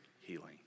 healing